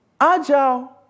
Agile